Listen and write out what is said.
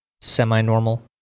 semi-normal